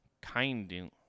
kindly